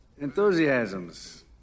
Enthusiasms